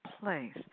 place